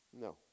No